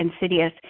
insidious